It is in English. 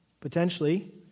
potentially